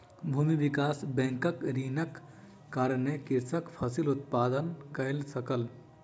भूमि विकास बैंकक ऋणक कारणेँ कृषक फसिल उत्पादन कय सकल